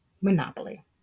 Monopoly